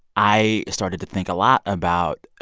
i started to think a lot about